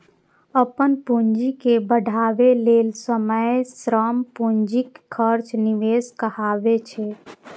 अपन पूंजी के बढ़ाबै लेल समय, श्रम, पूंजीक खर्च निवेश कहाबै छै